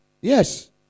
yes